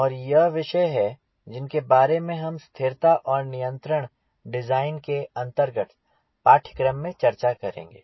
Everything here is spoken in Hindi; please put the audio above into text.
और यह वह विषय हैं जिनके बारे में हम स्थिरता और नियंत्रण डिज़ाइन के अंतर्गत पाठ्यक्रम में चर्चा करेंगे